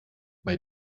bei